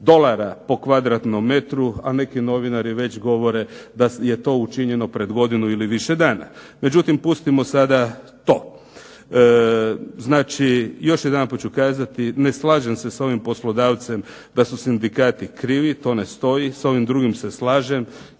dolara po kvadratnom metru, a neki novinari već govore da je to učinjeno pred godinu ili više dana. Međutim pustimo sada to. Još jedanput ću kazati ne slažem se sa ovim poslodavcem da su sindikati krivi, to ne stoji. S ovim drugim se slažem.